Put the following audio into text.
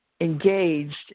engaged